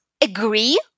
agree